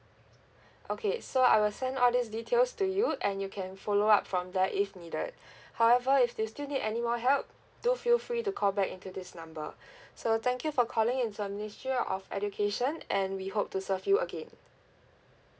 okay so I will send all these details to you and you can follow up from there if needed however if you still need any more help do feel free to call back into this number so thank you for calling into uh ministry of education and we hope to serve you again